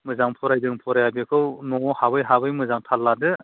मोजां फरायदों फराया बेखौ न'आव हाबै हाबै मोजां थाल लादो